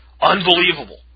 Unbelievable